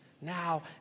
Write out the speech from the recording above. now